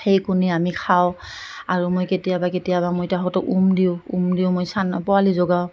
সেই কণী আমি খাওঁ আৰু মই কেতিয়াবা কেতিয়াবা মই তাহাঁতক উম দিওঁ উম দিওঁ মই চান পোৱালি জগাওঁ